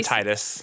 Titus